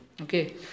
okay